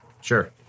Sure